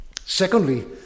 Secondly